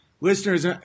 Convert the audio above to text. listeners